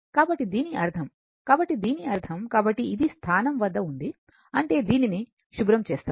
కాబట్టి దీని అర్థం కాబట్టి దీని అర్థం కాబట్టి ఇది స్థానం వద్ద ఉంది అంటే దీనిని శుభ్రం చేస్తాను